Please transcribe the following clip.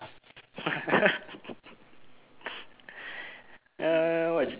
ah what